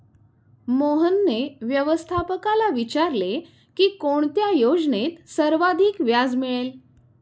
मोहनने व्यवस्थापकाला विचारले की कोणत्या योजनेत सर्वाधिक व्याज मिळेल?